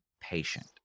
patient